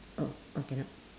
oh oh cannot